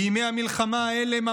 ממש בימי המלחמה האלה,